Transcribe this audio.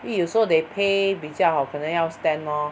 因为有时候 they pay 比较好可能要 stand lor